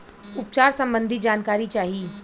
उपचार सबंधी जानकारी चाही?